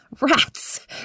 rats